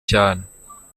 cyane